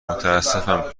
متأسفم